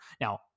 Now